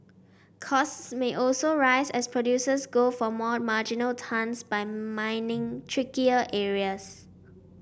costs may also rise as producers go for more marginal tons by mining trickier areas